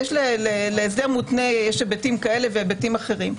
להסדר מותנה יש היבטים כאלה והיבטים אחרים.